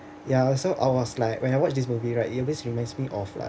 ya so I was like when I watch this movie right it always reminds me of like